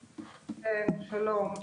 שלום.